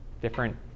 different